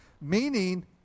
Meaning